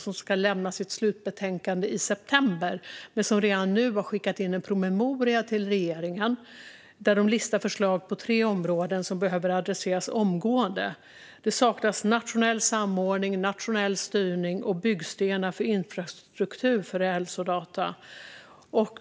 Den ska lämna sitt slutbetänkande i september men har redan nu skickat in en promemoria till regeringen där de listar förslag på tre områden som behöver adresseras omgående. Det saknas nationell samordning, nationell styrning och byggstenar för infrastruktur för hälsodata.